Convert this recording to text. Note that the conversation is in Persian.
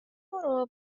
برو